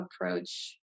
approach